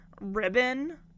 ribbon